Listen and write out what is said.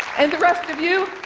and the rest of you,